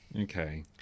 Okay